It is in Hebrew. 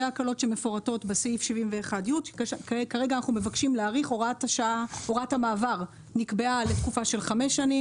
אלה ההקלות שמפורטות בסעיף 71י. הוראת המעבר לתקופה של חמש שנים,